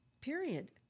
period